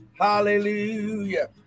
Hallelujah